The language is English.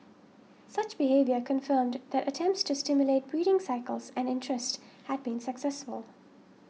such behaviour confirmed that attempts to stimulate breeding cycles and interest had been successful